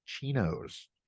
chinos